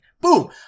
Boom